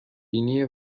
بینی